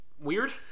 weird